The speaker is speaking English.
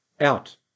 out